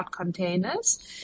containers